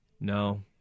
No